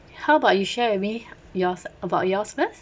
how about you share with me yours about yours first